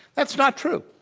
that's not true.